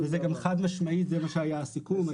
וזה גם חד משמעית זה מה שהיה הסיכום,